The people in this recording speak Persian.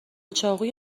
چاقوی